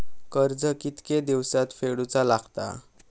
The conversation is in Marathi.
कर्ज कितके दिवसात फेडूचा लागता?